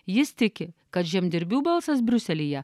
jis tiki kad žemdirbių balsas briuselyje